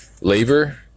labor